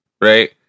right